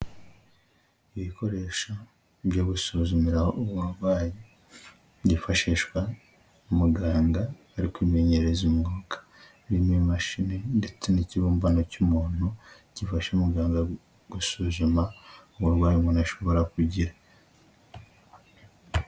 Ibikoresho byo gusuzumiraho umurwayi, byifashishwa muganga ari kwimenyereza umwuga. Birimo imashini ndetse n'ikibumbano cy'umuntu, gifasha umuganga gusuzuma uburwayi umuntu ashobora kugira.